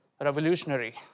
revolutionary